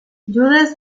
judes